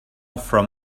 from